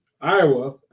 Iowa